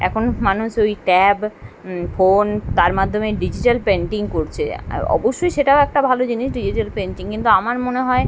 এখন মানুষ ওই ট্যাব ফোন তার মাধ্যমে ডিজিটাল পেন্টিং করছে আর অবশ্যই সেটাও একটা ভালো জিনিস ডিজিটাল পেন্টিং কিন্তু আমার মনে হয়